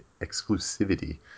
exclusivity